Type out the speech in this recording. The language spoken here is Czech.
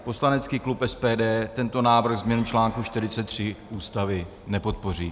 Poslanecký klub SPD tento návrh, změnu článku 43 Ústavy, nepodpoří.